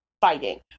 fighting